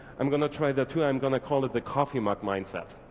i'm gonna try that too. i'm gonna call it the coffee mug mindset.